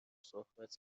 صحبت